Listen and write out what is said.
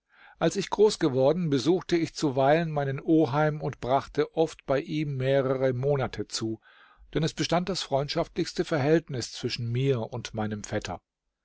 als ich groß geworden besuchte ich zuweilen meinen oheim und brachte oft bei ihm mehrere monate zu denn es bestand das freundschaftlichste verhältnis zwischen mir und meinem vetter